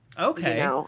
Okay